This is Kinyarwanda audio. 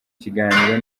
kiganiro